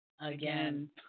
Again